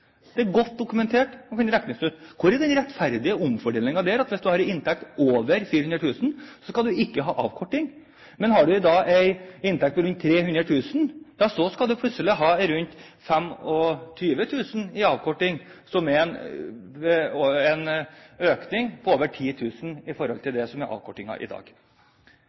Det er godt dokumentert og kan regnes ut. Hvor er den rettferdige fordelingen der? Hvis du har en inntekt over 400 000 kr, skal du ikke skal ha avkorting, men har du en inntekt på rundt 300 000 kr, skal du plutselig ha rundt 25 000 kr i avkorting, noe som er en økning på over 10 000 kr i forhold til det som er avkortingen i dag.